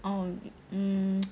orh um